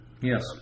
Yes